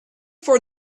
for